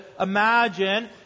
imagine